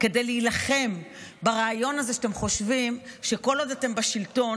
כדי להילחם ברעיון הזה שאתם חושבים שכל עוד אתם בשלטון,